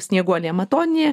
snieguolė matonienė